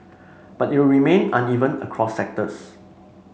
but it will remain uneven across sectors